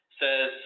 says